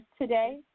today